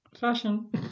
Fashion